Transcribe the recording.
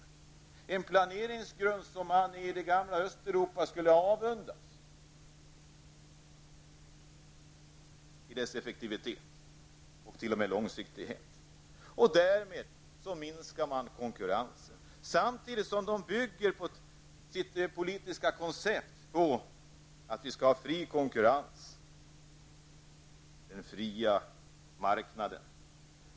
Det är en planeringsgrund som man i det gamla Östeuropa skulle ha avundats dem i dess effektivitet och långsiktighet. Därmed minskar man konkurrensen samtidigt som man bygger sitt politiska koncept på att vi skall ha fri konkurrens och en fri marknad.